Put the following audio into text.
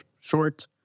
short